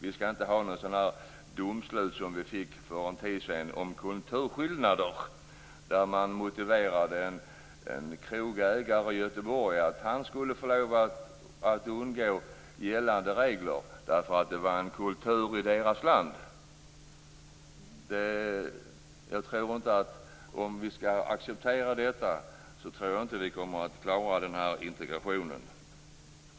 Vi skall inte ha sådana domslut som vi fick för en tid sedan om kulturskillnader. Att en krogägare i Göteborg skulle få lov att undgå gällande regler motiverade man med att det var kultur i hans land. Om vi skall acceptera detta tror jag inte att vi kommer att klara integrationen.